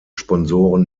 sponsoren